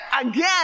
Again